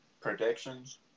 predictions